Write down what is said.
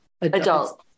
adult